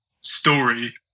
story